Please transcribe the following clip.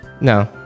No